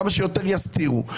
כמה שיותר יסתירו,